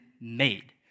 made